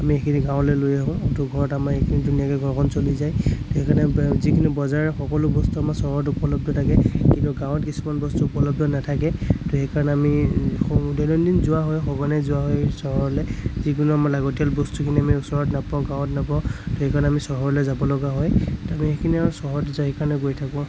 আমি সেইখিনি গাঁৱলৈ লৈ আহোঁ আৰু ঘৰত আমাৰ এইখিনি ধুনীয়াকে ঘৰখন চলি যায় সেইকাৰণে যিকোনো বজাৰ সকলো বস্তু আমাৰ চহৰত উপলব্ধ থাকে কিন্তু গাঁৱত কিছুমান বস্তু উপলব্ধ নাথাকে ত' সেইকাৰণে আমি দৈনন্দিন যোৱা হয় সঘনে যোৱা হয় চহৰলৈ যিকোনো মানে লাগতিয়াল বস্তুখিনি আমি ওচৰত নাপাওঁ গাঁৱত নাপাওঁ সেইকাৰণে আমি চহৰলৈ যাবলগা হয় সেইখিনি আমি চহৰত যায় কাৰণে গৈ থাকোঁ